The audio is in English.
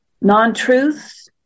non-truths